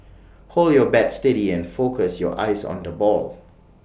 hold your bat steady and focus your eyes on the ball